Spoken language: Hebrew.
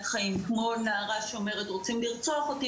חיים כמו נערה שאומרת "רוצים לרצוח אותי",